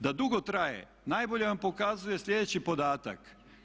Da dugo traje najbolje vam pokazuje sljedeći podatak.